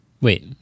wait